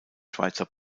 schweizer